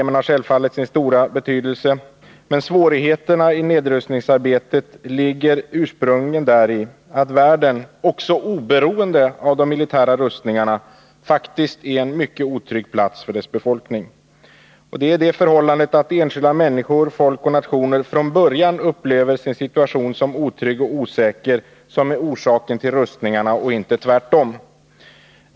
Men svårigheterna i nedrustningsarbetet ligger ursprungligen däri att världen — också oberoende av de militära rustningarna — faktiskt är en mycket otrygg plats för dess befolkning. Det förhållandet att enskilda människor, folk och nationer från början upplever sin situation som otrygg och osäker är orsaken till rustningarna, inte tvärtom.